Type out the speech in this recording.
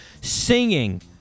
singing